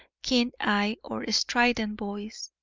keen eye or strident voice,